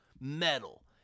metal